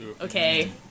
Okay